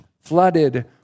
flooded